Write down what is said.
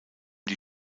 die